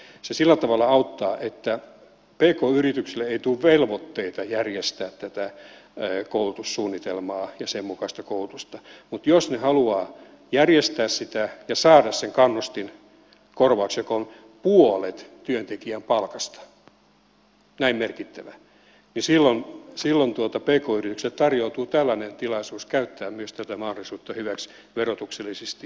se sillä tavalla auttaa että pk yrityksille ei tule velvoitteita järjestää tätä koulutussuunnitelmaa ja sen mukaista koulutusta mutta jos ne haluavat järjestää sitä ja saada sen kannustinkorvauksen joka on puolet työntekijän palkasta näin merkittävä niin silloin pk yrityksille tarjoutuu tällainen tilaisuus käyttää myös tätä mahdollisuutta hyväkseen verotuksellisesti